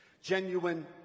Genuine